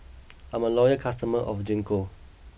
I'm a loyal customer of Gingko